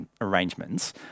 arrangements